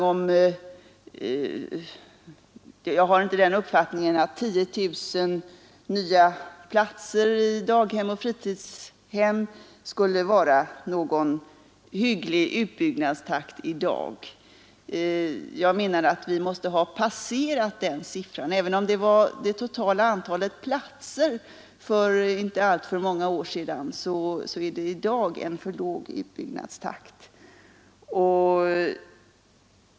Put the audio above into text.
Jag har inte den uppfattningen att 10 000 nya platser i daghem och fritidshem skulle vara någon hygglig utbyggnadstakt i dag, utan jag anser att vi måste ha passerat den siffran. Även om 10 000 var det totala antalet nya platser för inte alltför många år sedan, så är den siffran i dag för låg.